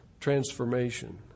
transformation